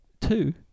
two